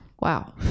Wow